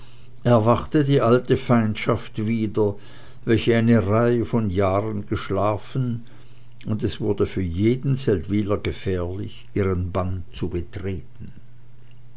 erwachte die alte feindschaft wieder welche eine reihe von jahren geschlafen und es wurde für jeden seldwyler gefährlich ihren bann zu betreten